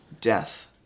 death